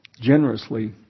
generously